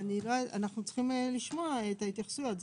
אנחנו צריכים לשמוע את ההתייחסויות.